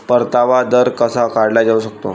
परतावा दर कसा काढला जाऊ शकतो?